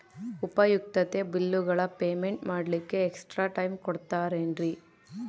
ಉಪಯುಕ್ತತೆ ಬಿಲ್ಲುಗಳ ಪೇಮೆಂಟ್ ಮಾಡ್ಲಿಕ್ಕೆ ಎಕ್ಸ್ಟ್ರಾ ಟೈಮ್ ಕೊಡ್ತೇರಾ ಏನ್ರಿ?